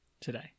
today